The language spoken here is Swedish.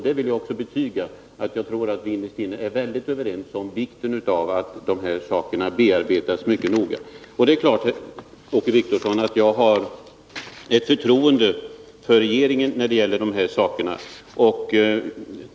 Jag vill alltså betyga att vi innerst inne är överens om vikten av att dessa saker bearbetas mycket noga. Jag har naturligtvis, Åke Wictorsson, ett förtroende för regeringen när det gäller dessa saker.